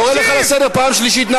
קורא אותך לסדר פעם שלישית.